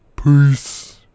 Peace